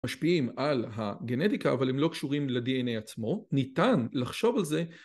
משפיעים על הגנטיקה אבל הם לא קשורים לדנא עצמו, ניתן לחשוב על זה